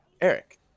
Eric